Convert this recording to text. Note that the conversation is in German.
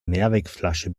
mehrwegflasche